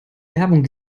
werbung